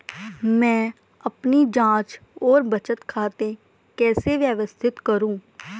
मैं अपनी जांच और बचत खाते कैसे व्यवस्थित करूँ?